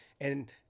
and-